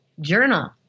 journal